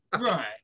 Right